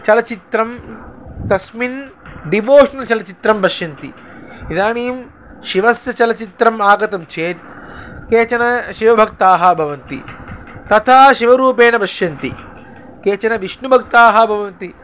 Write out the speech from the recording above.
चलचित्रं तस्मिन् डिवोशनल् चलचित्रं पश्यन्ति इदानीं शिवस्य चलचित्रम् आगतं चेत् केचन शिवभक्ताः भवन्ति तथा शिवरूपेण पश्यन्ति केचन विष्णुभक्ताः भवन्ति